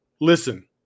listen